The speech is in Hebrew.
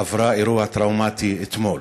עברה אירוע טראומטי אתמול.